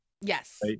Yes